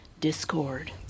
discord